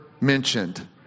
mentioned